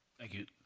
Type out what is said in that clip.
thank you.